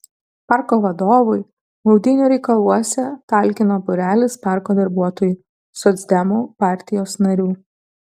parko vadovui maudynių reikaluose talkino būrelis parko darbuotojų socdemų partijos narių